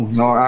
no